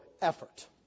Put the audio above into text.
effort